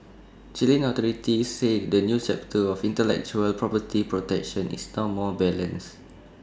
Chilean authorities say the new chapter on intellectual property protection is now more balanced